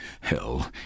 Hell